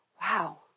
Wow